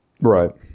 Right